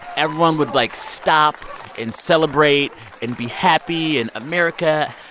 everyone would, like, stop and celebrate and be happy and america.